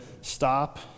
stop